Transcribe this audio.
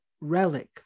relic